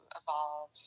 evolve